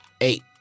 Eight